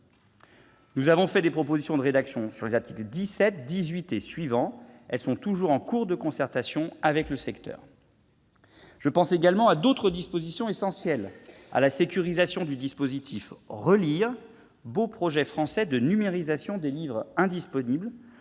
Nous avons fait des propositions de rédaction sur les articles 17, 18 et suivants. Elles sont toujours en cours de concertation avec le secteur. Je pense également à d'autres dispositions essentielles : la sécurisation du dispositif ReLIRE, beau projet français de numérisation des livres indisponibles,